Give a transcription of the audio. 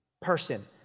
person